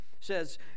says